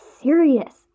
serious